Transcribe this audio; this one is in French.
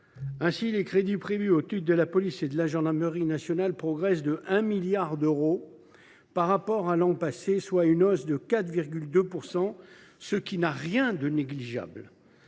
Ainsi, les crédits prévus au titre de la police et de la gendarmerie nationales progresseraient de près de 1 milliard d’euros par rapport à l’an passé, soit une hausse de 4,2 %, ce qui n’a rien de négligeable.